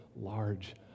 large